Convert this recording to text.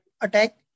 attack